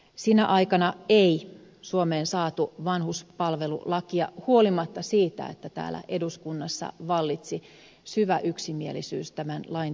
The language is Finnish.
sinä aikana ei suomeen saatu vanhuspalvelulakia huolimatta siitä että täällä eduskunnassa vallitsi syvä yksimielisyys tämän lain tarpeellisuudesta